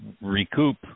recoup